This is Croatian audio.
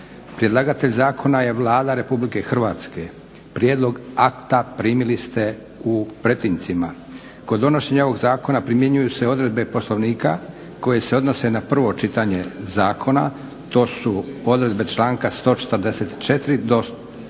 Predlagatelj zakona je Vlada RH. Prijedlog akta primili ste u pretincima, a kod donošenja ovog zakona primjenjuju se odredbe Poslovnika koje se odnose na prvo čitanje zakona. To su odredbe članka 144. do 150.